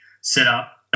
setup